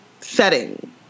setting